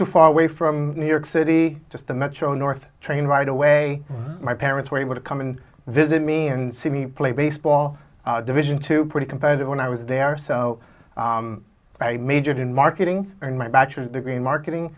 too far away from new york city to the metro north train right away my parents were able to come and visit me and see me play baseball division two pretty competitive when i was there so i majored in marketing and my bachelor's degree in marketing